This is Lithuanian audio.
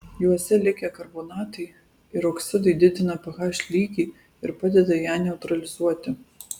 juose likę karbonatai ir oksidai didina ph lygį ir padeda ją neutralizuoti